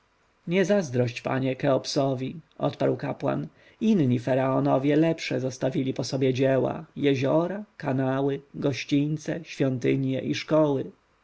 nie zazdrość panie cheopsowi odparł kapłan inni faraonowie lepsze zostawili po sobie dzieła jeziora kanały gościńce świątynie i szkoły